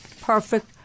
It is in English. perfect